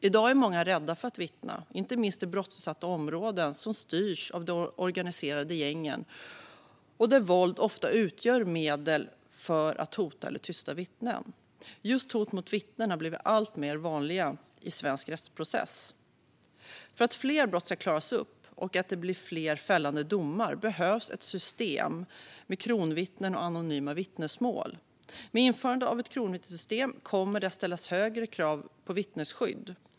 I dag är många rädda för att vittna. Det gäller inte minst i brottsutsatta områden som styrs av de organiserade gängen och där våld ofta utgör medel för att hota eller tysta vittnen. Just hot mot vittnen har blivit alltmer vanliga i svensk rättsprocess. För att fler brott ska klaras upp och för att det ska bli fler fällande domar behövs ett system med kronvittnen och anonyma vittnesmål. Med införandet av ett kronvittnessystem kommer det att ställas högre krav på vittnesskydd.